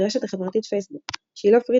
ברשת החברתית פייסבוק שילה פריד,